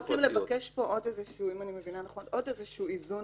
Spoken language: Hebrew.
רוצים לבקש פה עוד איזשהו איזון